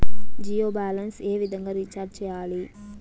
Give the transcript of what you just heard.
Jio balance ఏ విధంగా recharge సేయాలి?